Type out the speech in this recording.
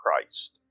Christ